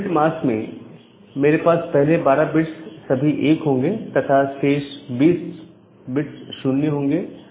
subnet mask में मेरे पास पहले 12 बिट्स सभी 1 होंगे तथा शेष 20 बिट्स 0 होंगे